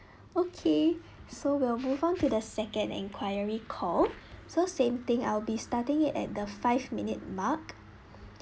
okay so we'll move on to the second inquiry call so same thing I'll be starting at the five minute mark